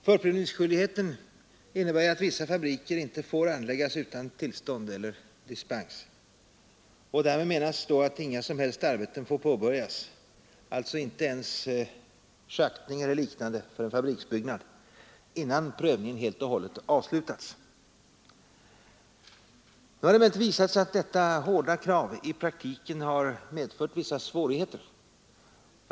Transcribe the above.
Förprövningsskyldigheten innebär att vissa fabriker inte får anläggas utan tillstånd eller dispens. Och därmed menas då att inga som helst arbeten får påbörjas, alltså inte ens schaktning eller liknande för en fabriksbyggnad, innan prövningen har helt avslutats. Nu har det emellertid visat sig att detta hårda krav i praktiken har medfört vissa svårigheter.